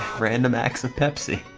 random acts of pepsi